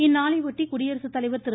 இந்நாளையொட்டி குடியரசுத் தலைவர் திரு